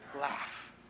laugh